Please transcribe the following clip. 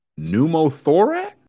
pneumothorax